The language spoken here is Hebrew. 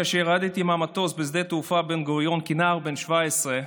כאשר ירדתי מהמטוס בשדה התעופה בן גוריון כנער בן 17,